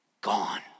Gone